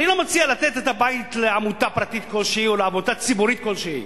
אני לא מציע לתת את הבית לעמותה פרטית כלשהי או לעמותה ציבורית כלשהי.